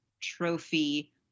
trophy